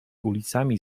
ulicami